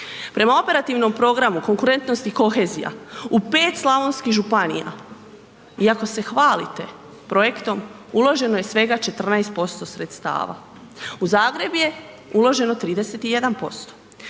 Prema operativnom programu konkurentnost i kohezija, u 5 slavonskih županija, iako se hvalite projektom, uloženo je svega 14% sredstava. U Zagreb je uloženo 31%.